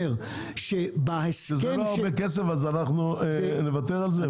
בגלל שזה לא הרבה כסף אז נוותר על זה?